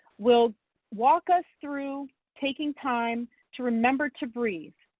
will walk us through taking time to remember to breath.